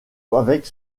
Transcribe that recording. avec